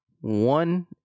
one